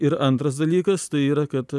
ir antras dalykas tai yra kad